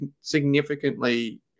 significantly